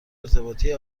ارتباطی